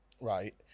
right